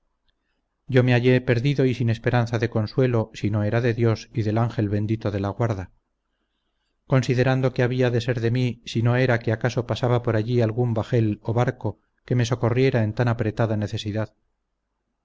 yo me hallé perdido y sin esperanza de consuelo sino era de dios y del ángel bendito de la guarda considerando que había de ser de mí sino era que acaso pasaba por allí algún bajel o barco que me socorriera en tan apretada necesidad